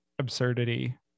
absurdity